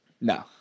No